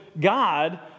God